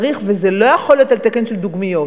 צריך, וזה לא יכול להיות על תקן של דוגמיות.